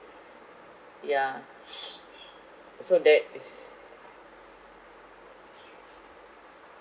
yeah so that